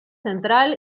central